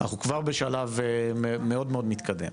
אנחנו כבר בשלב מאוד מאוד מתקדם,